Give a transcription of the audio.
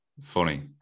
funny